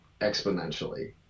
exponentially